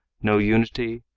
no unity,